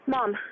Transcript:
Mom